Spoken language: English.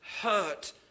hurt